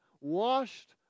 washed